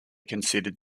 considered